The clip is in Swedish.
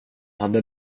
hade